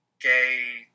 gay